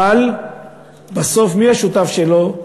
אבל בסוף מי השותף שלו?